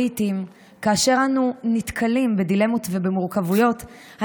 לעיתים כאשר אנו נתקלים בדילמות ובמורכבויות,